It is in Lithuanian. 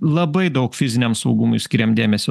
labai daug fiziniam saugumui skiriam dėmesio